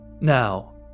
Now